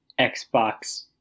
Xbox